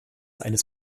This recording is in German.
eines